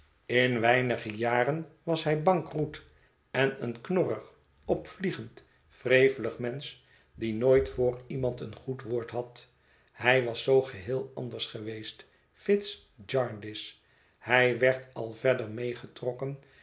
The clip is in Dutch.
in weinige jaren was hij bankroet en een knorrig opvliegend wrevelig mensch die nooit voor iemand een goed woord had hij was zoo geheel anders geweest fitz jarndyce hij werd al verder meegetrokken